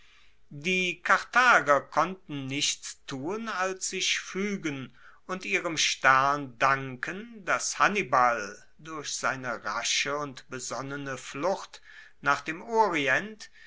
die karthager konnten nichts tun als sich fuegen und ihrem stern danken dass hannibal durch seine rasche und besonnene flucht nach dem orient